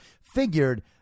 figured